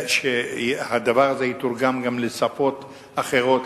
שהדבר הזה יתורגם גם לשפות אחרות,